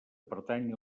pertany